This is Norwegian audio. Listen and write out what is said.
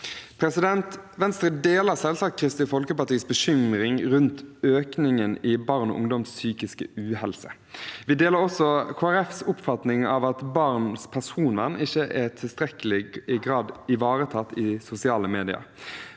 er viktig. Venstre deler selvsagt Kristelig Folkepartis bekymring rundt økningen i barn og ungdoms psykiske uhelse. Vi deler også Kristelig Folkepartis oppfatning av at barns personvern ikke i tilstrekkelig grad er ivaretatt i sosiale medier,